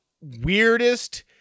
weirdest